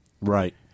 Right